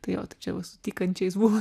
tai jo tai čia va su tykančiais buvo